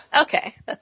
Okay